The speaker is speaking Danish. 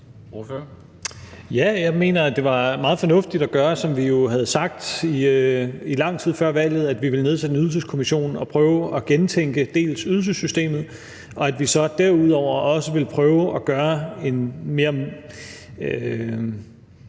Ja, jeg mener, det var meget fornuftigt at gøre det, som vi jo havde sagt i lang tid før valget: at vi ville nedsætte en ydelseskommission og prøve at gentænke ydelsessystemet, og at vi så derudover også ville prøve at gøre en mere